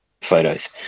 photos